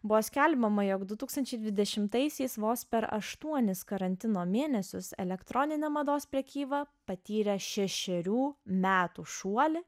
buvo skelbiama jog du tūkstančiai dvidešim aštuntaisiais vos per aštuonis karantino mėnesius elektroninė mados prekyba patyrė šešerių metų šuolį